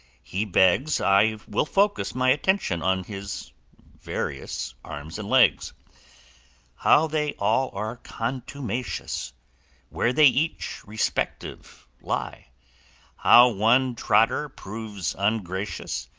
he begs i will focus my attention on his various arms and legs how they all are contumacious where they each, respective, lie how one trotter proves ungracious,